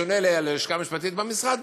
בשונה מהלשכה המשפטית במשרד,